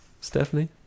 Stephanie